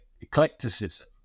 eclecticism